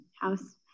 house